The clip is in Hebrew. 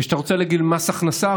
וכשאתה רוצה להגיע למס הכנסה,